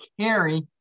carry